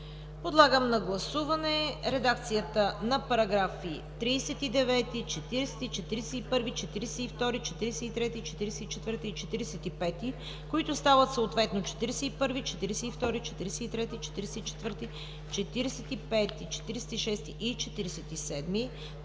Подлагам на гласуване редакцията на параграфи 39, 40, 41, 42, 43, 44 и 45, които стават съответно параграфи 41, 42, 43, 44, 45, 46 и 47